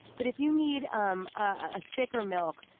but if you need um a thicker milk,